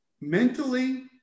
mentally